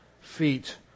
feet